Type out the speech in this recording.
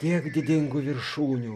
tiek didingų viršūnių